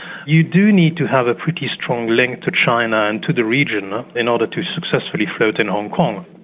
you do need to have a pretty strong link to china and to the region in order to successfully float in hong kong.